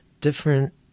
different